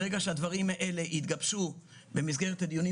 ברגע שהדברים האלה יתגבשו במסגרת הדיונים